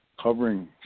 covering